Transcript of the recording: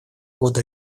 года